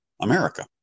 America